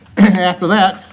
after that,